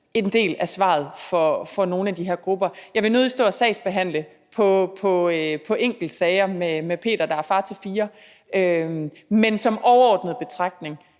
en del af svaret for nogle af de her grupper. Jeg vil nødig stå og sagsbehandle på enkeltsager som denne her med Peter, der er far til fire, men som overordnet betragtning,